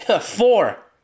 Four